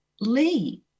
Lee